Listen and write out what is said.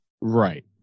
Right